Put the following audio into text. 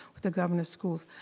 the governor's schools.